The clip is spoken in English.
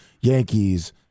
Yankees